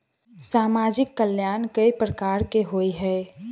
सामाजिक कल्याण केट प्रकार केँ होइ है?